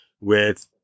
with-